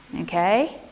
okay